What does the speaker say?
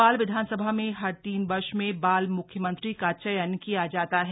बाल विधानसभा में हर तीन वर्ष में बाल मुख्यमंत्री का चयन किया जाता है